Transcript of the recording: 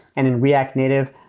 and in react native,